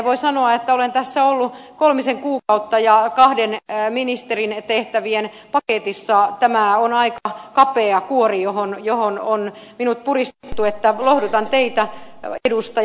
voin sanoa että olen tässä ollut kolmisen kuukautta ja kahden ministerin tehtävien paketissa tämä on aika kapea kuori johon on minut puristettu niin että lohdutan teitä edustaja